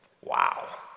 wow